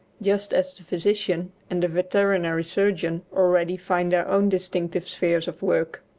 just as the physician and the veterinary surgeon already find their own distinctive spheres of work.